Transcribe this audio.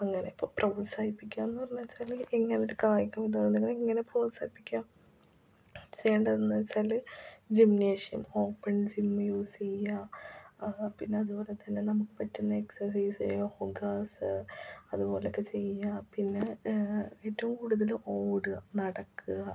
അങ്ങനെ അപ്പോള് പ്രോത്സാഹിപ്പിക്കാമെന്ന് പറഞ്ഞേച്ചാല് ഈ ഇനിയത് കായികം ഇതുപോലെതന്നെ എങ്ങനെ പ്രോത്സാഹിപ്പിക്കുകയാണു ചെയ്യണ്ടതെന്ന് വെച്ചാല് ജിംനേഷ്യം ഓപ്പൺ ജിം യൂസ് ചെയ്യുക പിന്നതുപോലെ തന്നെ നമുക്ക് പറ്റുന്ന എക്സർസൈസ് യോഗാസ് അത് പോലൊക്കെ ചെയ്യുക പിന്നെ എറ്റവും കൂടുതല് ഓടുക നടക്കുക